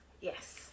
Yes